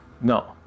No